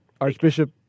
Archbishop